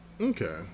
Okay